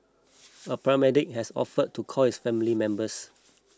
a paramedic has offered to call his family members